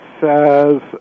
says